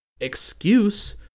excuse